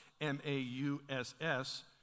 M-A-U-S-S